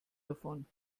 davon